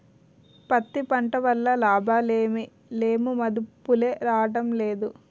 పత్తి పంట వల్ల లాభాలేమి లేవుమదుపులే రాడంలేదు